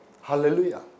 Hallelujah